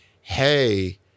hey